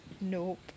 Nope